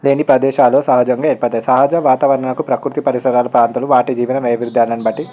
దీని ప్రదేశాలు సహజంగా ఏర్పడతాయి సహజ వాతావరణకు ప్రకృతి పరిసరాలు ప్రాంతులు వాటి జీవన వైవిధ్యాన్ని బట్టి